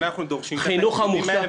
לכן אנחנו דורשים את התקציבים האלה.